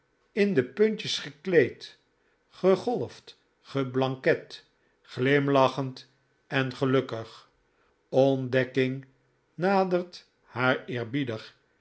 in de puntjes gekleed gegolfd geblanket glimlachend en gelukkig ontdekking nadert haar